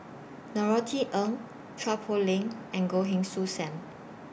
Norothy Ng Chua Poh Leng and Goh Heng Soon SAM